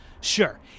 Sure